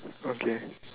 okay